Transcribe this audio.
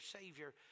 Savior